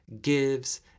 gives